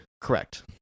Correct